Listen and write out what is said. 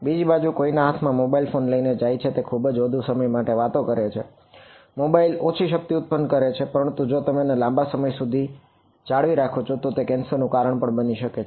બીજી બાજુ કોઈ તેના હાથમાં મોબાઈલ ફોન લઇ ને જાય છે અને ખુબજ વધુ સમય માટે વાતો કરે છે મોબાઈલ ઓછી શક્તિ ઉત્પન્ન કરે છે પરંતુ જો તમે તેને લાંબા સમય સુધી જાળવી રાખો તો તે કેન્સર નું કારણ પણ બની શકે છે